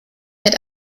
mit